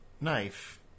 knife